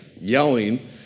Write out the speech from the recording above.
yelling